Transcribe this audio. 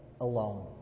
alone